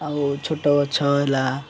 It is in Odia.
ଆଉ ଛୋଟ ଗଛ ହେଲା